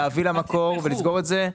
להביא לה מקור ולסגור את זה,